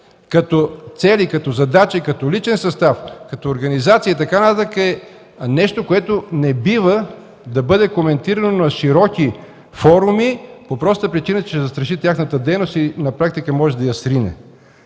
като цели, като задачи, като личен състав, като организация е нещо, което не бива да бъде коментирано на широки форуми по простата причина, че ще застраши тяхната дейност и на практика може да я срине.